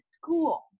school